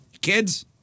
kids